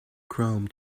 chrome